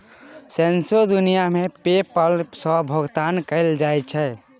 सौंसे दुनियाँ मे पे पल सँ भोगतान कएल जाइ छै